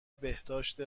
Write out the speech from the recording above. بهداشت